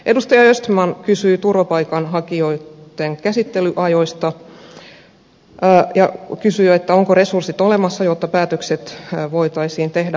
edustaja östman kysyi turvapaikanhakijoitten käsittelyajoista ja kysyi ovatko resurssit olemassa jotta päätökset voitaisiin tehdä aikaisemmassa vaiheessa